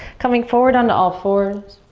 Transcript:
coming forward onto all fours.